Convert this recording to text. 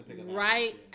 right